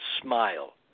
smile